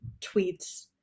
tweets